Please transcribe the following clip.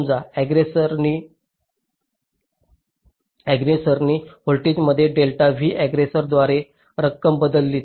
समजा अग्ग्रेसोरनी व्होल्टेजमध्ये डेल्टा V अग्ग्रेसोरद्वारे रक्कम बदलली